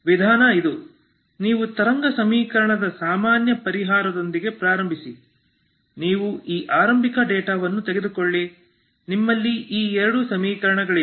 ವಿಧಾನ ಇದು ನೀವು ತರಂಗ ಸಮೀಕರಣದ ಸಾಮಾನ್ಯ ಪರಿಹಾರದೊಂದಿಗೆ ಪ್ರಾರಂಭಿಸಿ ನೀವು ಈ ಆರಂಭಿಕ ಡೇಟಾವನ್ನು ತೆಗೆದುಕೊಳ್ಳಿ ನಿಮ್ಮಲ್ಲಿ ಈ ಎರಡು ಸಮೀಕರಣಗಳಿವೆ